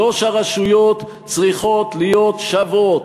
שלוש הרשויות צריכות להיות שוות,